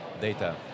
data